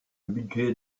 budget